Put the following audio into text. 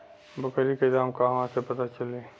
बकरी के दाम कहवा से पता चली?